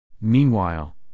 Meanwhile